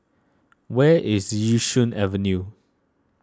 where is Yishun Avenue